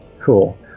cool